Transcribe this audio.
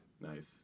Nice